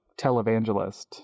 televangelist